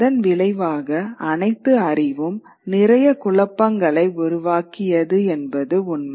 அதன் விளைவாக அனைத்து அறிவும் நிறைய குழப்பங்களை உருவாக்கியது என்பது உண்மை